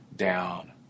down